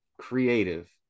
creative